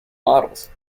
models